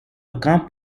aucun